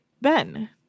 Ben